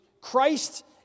Christ